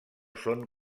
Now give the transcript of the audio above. són